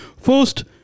First